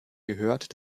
gehört